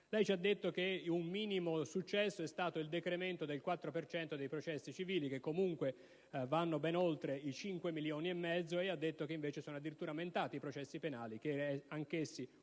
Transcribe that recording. Lei ci ha detto che un minimo successo è stato il decremento del 4 per cento dei processi civili - che comunque vanno ben oltre i cinque milioni e mezzo - e ha detto che invece sono addirittura aumentati i processi penali, anch'essi